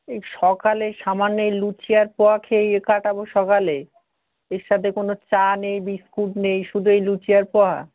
এই সকালে সামান্য এই লুচি আর পোহা খেয়েই কাটাবো সকালে এর সাথে কোনও চা নেই বিস্কুট নেই শুধু এই লুচি আর পোহা